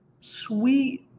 sweet